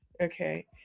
okay